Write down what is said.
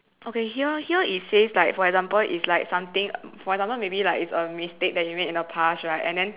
okay here here it says like for example it's like something for example maybe like it's a mistake that you make in the past right and then